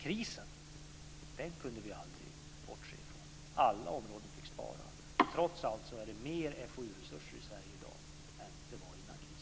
Krisen kunde vi aldrig bortse ifrån. Alla områden fick spara. Trots allt är det mer FoU-resurser i Sverige i dag än det var innan krisen.